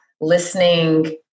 listening